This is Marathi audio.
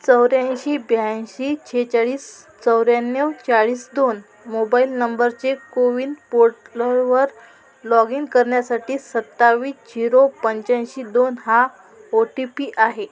चौऱ्याऐंशी ब्याऐंशी सेहेचाळीस चौऱ्याण्णव चाळीस दोन मोबाईल नंबरचे कोविन पोर्टलरवर लॉगईन करण्यासाठी सत्तावी झिरो पंचाऐंशी दोन हा ओटीपी आहे